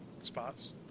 spots